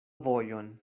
vojon